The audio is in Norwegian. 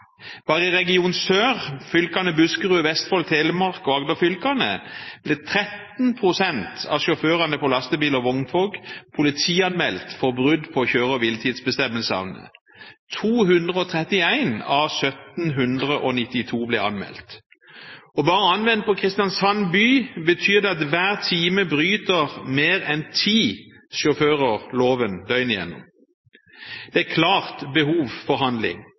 region sør, Buskerud, Vestfold, Telemark og Agder-fylkene, er 13 pst. av sjåførene på lastebil og vogntog politianmeldt for brudd på kjøre- og hviletidsbestemmelsene. 231 av 1 792 ble anmeldt. Bare anvendt på Kristiansand by betyr det at hver time bryter mer enn ti sjåfører loven døgnet igjennom. Det er et klart behov for handling.